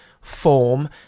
form